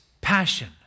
passion